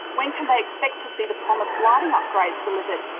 when can they expect to see the promised lighting upgrades delivered,